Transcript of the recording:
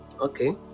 okay